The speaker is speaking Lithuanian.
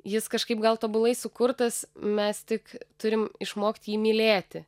jis kažkaip gal tobulai sukurtas mes tik turim išmokt jį mylėti